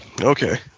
Okay